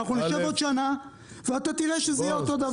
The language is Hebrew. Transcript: אנחנו נשב עוד שנה ואתה תראה שזה יהיה אותו דבר,